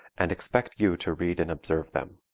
and expect you to read and observe them.